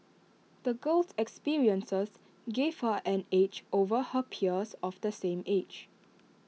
the girl's experiences gave her an edge over her peers of the same age